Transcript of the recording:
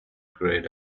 grayed